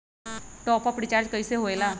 Top up recharge कइसे होएला?